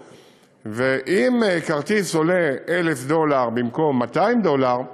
ואם כרטיס עולה 1,000 דולר במקום 200 דולר,